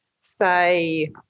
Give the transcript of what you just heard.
say